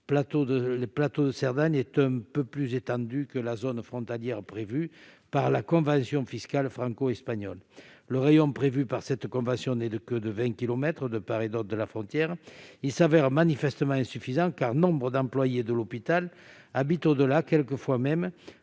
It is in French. plateau de Cerdagne est un peu plus étendu que la zone frontalière prévue par la convention fiscale franco-espagnole. Le rayon prévu par cette convention n'est que de 20 kilomètres de part et d'autre de la frontière, mais il s'avère manifestement insuffisant, car nombre d'employés de l'hôpital habitent au-delà, quelquefois même